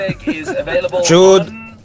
Jude